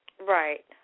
Right